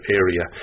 area